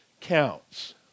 counts